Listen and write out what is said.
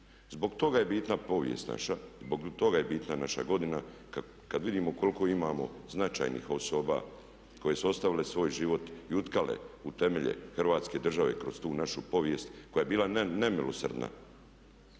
Zbog toga je bitna povijest naša, zbog toga je bitna naša godina kad vidimo koliko imamo značajnih osoba koje su ostavile svoj život i utkale u temelje Hrvatske države kroz tu našu povijest koja je bila nemilosrdna,